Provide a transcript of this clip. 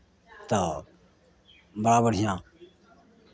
तऽ बड़ा बढ़िआँ